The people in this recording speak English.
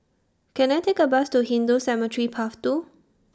Can I Take A Bus to Hindu Cemetery Path two